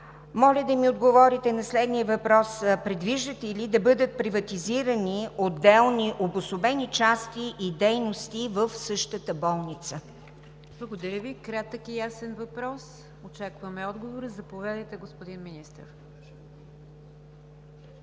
Моля да ми отговорите на следния въпрос: предвиждате ли да бъдат приватизирани отделни обособени части и дейности в същата болница? ПРЕДСЕДАТЕЛ НИГЯР ДЖАФЕР: Благодаря Ви – кратък и ясен въпрос. Очакваме отговора – заповядайте, господин Министър.